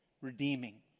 redeeming